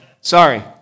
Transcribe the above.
sorry